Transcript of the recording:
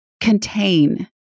contain